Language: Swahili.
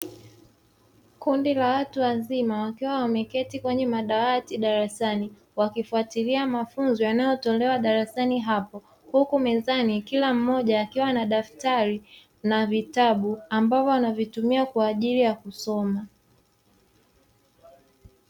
Kundi la watu wazima wakiwa wameketi kwenye madawati darasani, wakifuatilia mafunzo yanayotolewa darasani hapo; huku mezani hapo kila mmoja akiwa na daftari na vitabu ambavyo anavitumia kwa ajili ya kusoma.